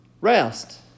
rest